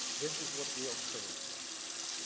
this is what real courage looks like.